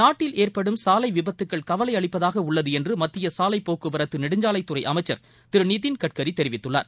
நாட்டில் ஏற்படும் சாலை விபத்துக்கள் கவலை அளிப்பதாக உள்ளது என்று மத்திய சாலை போக்குவரத்து நெடுஞ்சாலைத்துறை அமைச்சர் திரு நிதின்கட்கரி தெரிவித்துள்ளார்